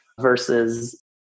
versus